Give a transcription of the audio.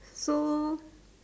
so